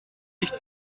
nicht